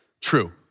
true